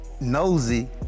nosy